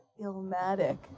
Ilmatic